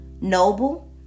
noble